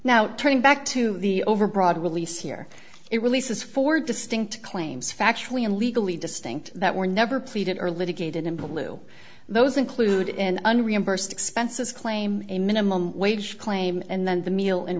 now turning back to the overbroad release here it releases four distinct claims factually and legally distinct that were never pleaded or litigated in blue those include in an reimbursed expenses claim a minimum wage claim and then the meal and